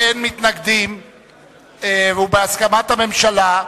באין מתנגדים ובהסכמת הממשלה,